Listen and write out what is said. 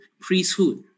priesthood